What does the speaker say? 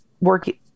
working